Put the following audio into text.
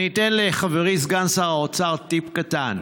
אני אתן לחברי סגן שר האוצר טיפ קטן,